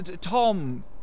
Tom